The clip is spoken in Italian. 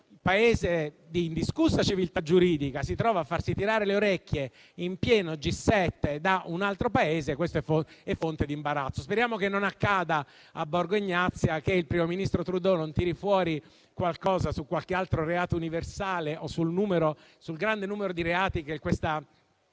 di indiscussa civiltà giuridica, si trova a farsi tirare le orecchie in pieno G7 da un altro Paese, ciò sia fonte di imbarazzo. Speriamo che non accada a Borgo Egnazia e che il primo ministro Trudeau non tiri fuori qualcosa su qualche altro reato universale o sul grande numero di reati che questa